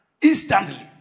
instantly